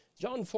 John